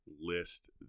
list